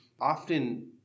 often